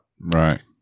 Right